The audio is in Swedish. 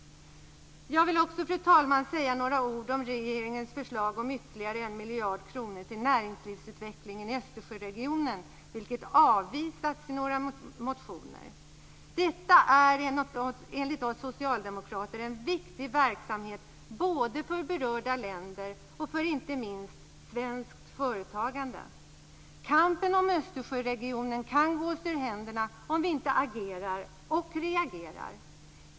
Jag vill också säga några ord om regeringens förslag om ytterligare 1 miljard kronor till näringslivsutvecklingen i Östersjöregionen, vilket avvisas i några motioner. Men detta är enligt oss socialdemokrater en viktig verksamhet både för berörda länder och, inte minst, för svenskt företagande. Kampen om Östersjöregionen kan gå oss ur händerna om vi inte agerar och reagerar.